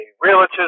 realtor's